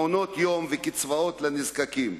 מעונות-יום וקצבאות לנזקקים.